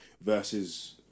versus